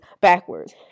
backwards